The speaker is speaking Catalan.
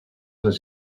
les